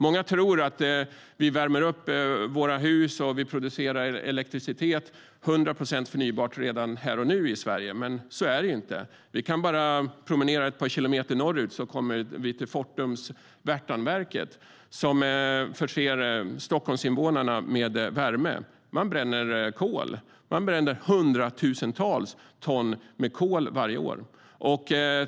Många tror att vi värmer upp våra hus och producerar elektricitet 100 procent förnybart redan nu här i Sverige, men så är det inte. Vi kan promenera ett par kilometer norrut, så kommer vi till Fortums Värtaverket, som förser Stockholmsinvånarna med värme. Man bränner kol. Man bränner hundratusentals ton kol varje år.